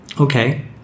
Okay